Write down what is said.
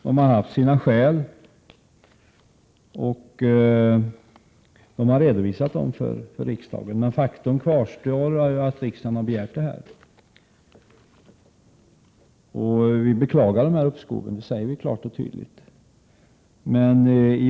Den har haft sina skäl och har redovisat dem för riksdagen, men faktum kvarstår att riksdagen har begärt denna redovisning. Vi beklagar de här uppskoven, det säger vi Prot. 1987/88:114 klart och tydligt.